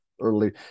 early